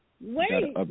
Wait